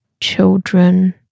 children